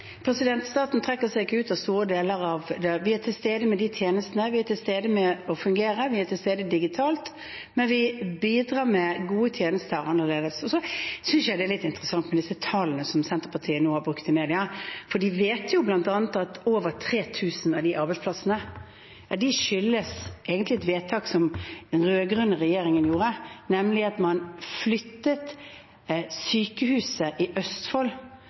Staten trekker seg ikke ut av store deler. Vi er til stede med tjenestene, vi er til stede med å fungere, vi er til stede digitalt, men vi bidrar med gode tjenester annerledes. Jeg synes det er litt interessant med disse tallene som Senterpartiet nå har brukt i media, for de vet jo bl.a. at over 3 000 av de arbeidsplassene egentlig skyldes et vedtak som den rød-grønne regjeringen gjorde, nemlig at man flyttet sykehuset i Østfold,